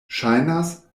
ŝajnas